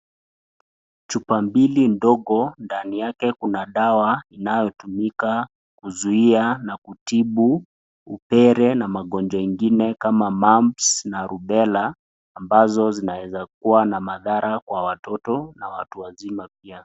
Chupa mbili ndogo, ndani yake kuna dawa inayotumika kuzuia na kutibu upele na magonjwa ingine, kama mumps na rubella ambazo zinaweza kuwa na madhara kwa watoto na watu wazima pia.